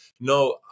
No